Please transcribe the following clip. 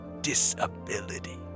disability